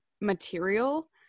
material